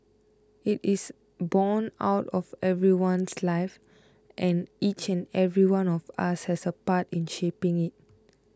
it is borne out of everyone's life and each and every one of us has a part in shaping it